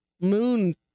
moon